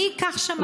אני כך שמעתי,